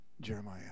Jeremiah